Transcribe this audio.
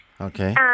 Okay